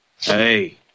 Hey